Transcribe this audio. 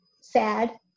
sad